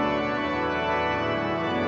and